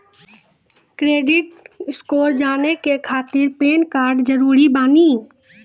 Credit score जाने के खातिर पैन कार्ड जरूरी बानी?